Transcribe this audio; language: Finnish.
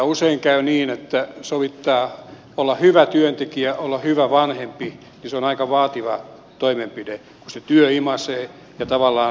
usein käy niin että sovittaa olla hyvä työntekijä olla hyvä vanhempi on aika vaativa toimenpide kun se työ imaisee ja tavallaan